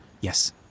Yes